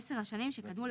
גם יש איזה שהוא לינק,